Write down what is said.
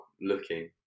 looking